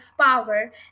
power